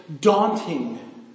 daunting